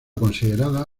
considerada